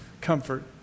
comfort